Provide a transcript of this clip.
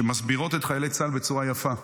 שמסבירות את חיילי צה"ל בצורה יפה,